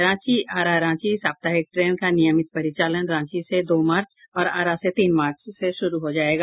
रांची आरा रांची साप्ताहिक ट्रेन का नियमित परिचालन रांची से दो मार्च और आरा से तीन मार्च से शुरू हो जायेगा